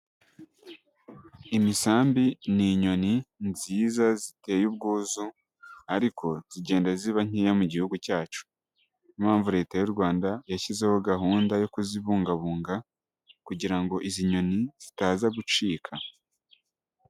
Imisambi ni inyoni nziza ziteye ubwuzu ariko zigenda ziba nkeya mu gihugu cyacu, niyo mpamvu Leta y'u Rwanda yashyizeho gahunda yo kuzibungabunga kugira ngo izi nyoni zitaza gucika.